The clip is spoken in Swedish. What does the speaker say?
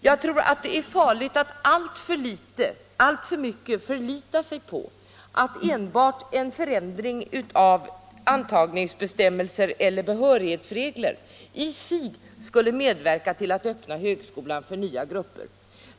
Jag tror att det är farligt att alltför mycket förlita sig på att enbart en förändring av antagningsbestämmelser eller behörighetsregler skulle medverka till att öppna högskolan för nya grupper.